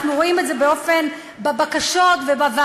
אנחנו רואים את זה בבקשות ובוועדות,